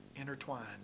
intertwined